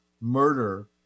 murder